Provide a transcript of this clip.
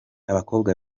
abakobwa